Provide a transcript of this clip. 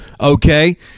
Okay